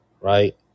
right